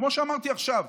כמו שאמרתי עכשיו,